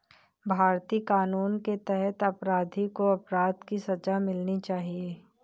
भारतीय कानून के तहत अपराधी को अपराध की सजा मिलनी चाहिए